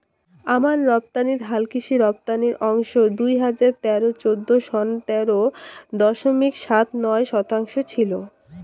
আমান রপ্তানিত হালকৃষি রপ্তানি অংশ দুই হাজার তেরো চৌদ্দ সনত তেরো দশমিক সাত নয় শতাংশ ছিল